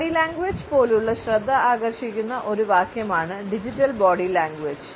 body language പോലുള്ള ശ്രദ്ധ ആകർഷിക്കുന്ന ഒരു വാക്യമാണ് ഡിജിറ്റൽ ബോഡി ലാംഗ്വേജ്